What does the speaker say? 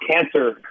cancer